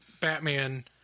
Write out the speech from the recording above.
Batman